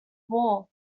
wall